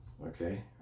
Okay